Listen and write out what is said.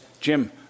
Jim